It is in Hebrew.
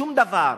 שום דבר.